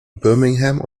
birmingham